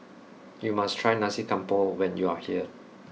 you must try Nasi Campur when you are here